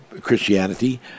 Christianity